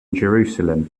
jerusalem